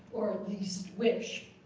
or at least wish.